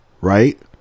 right